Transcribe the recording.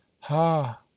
ha